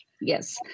Yes